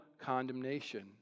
condemnation